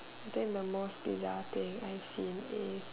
then the most thing I see is